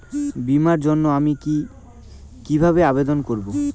বিমার জন্য আমি কি কিভাবে আবেদন করব?